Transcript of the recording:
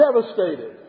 devastated